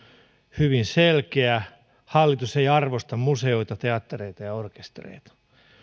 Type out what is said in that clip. hyvin selkeä hallitus ei arvosta museoita teattereita ja orkestereita